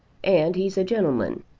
and he's a gentleman.